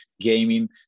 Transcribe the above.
gaming